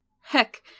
Heck